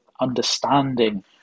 understanding